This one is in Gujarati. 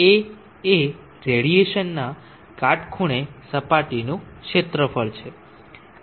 A એ રેડિયેશનના કાટખૂણે સપાટીનું ક્ષેત્રફળ છે